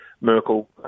Merkel